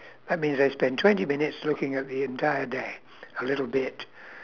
that means I spend twenty minutes looking at the entire day a little bit